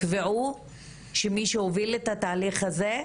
תקבעו שמי שהוביל את התהליך הזה,